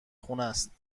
خونست